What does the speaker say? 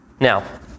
Now